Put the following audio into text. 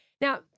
Now